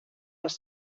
les